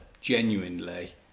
genuinely